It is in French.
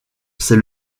c’est